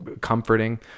comforting